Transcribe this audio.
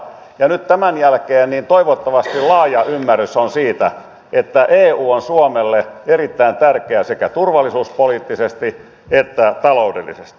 ja nyt tämän jälkeen toivottavasti on laaja ymmärrys siitä että eu on suomelle erittäin tärkeä sekä turvallisuuspoliittisesti että taloudellisesti